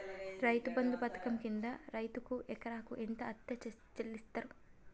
రైతు బంధు పథకం కింద రైతుకు ఎకరాకు ఎంత అత్తే చెల్లిస్తరు?